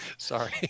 Sorry